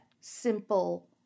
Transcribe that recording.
simple